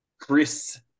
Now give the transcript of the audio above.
Chris